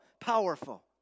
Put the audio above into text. Powerful